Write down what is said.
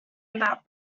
about